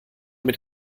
mit